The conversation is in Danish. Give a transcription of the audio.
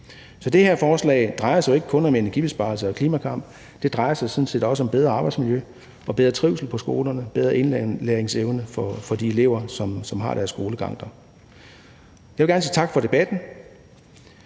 Så det her forslag drejer sig jo ikke kun om energibesparelser og klimakamp; det drejer sig sådan set også om bedre arbejdsmiljø og bedre trivsel på skolerne, bedre indlæringsevne for de elever, som har deres skolegang der. Jeg vil gerne sige tak for debatten.